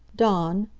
dawn,